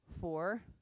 four